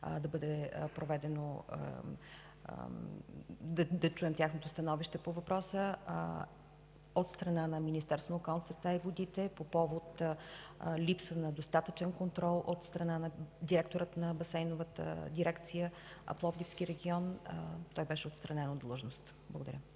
и се надявам да чуем тяхното становище по въпроса. От страна на Министерството на околната среда и водите по повод липса на достатъчен контрол от страна на директора на „Басейнова дирекция” – Пловдивски регион, той беше отстранен от длъжност. Благодаря.